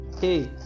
Hey